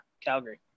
Calgary